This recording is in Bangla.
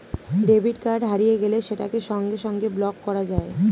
ডেবিট কার্ড হারিয়ে গেলে সেটাকে সঙ্গে সঙ্গে ব্লক করা যায়